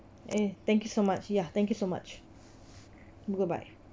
eh thank you so much ya thank you so much bye bye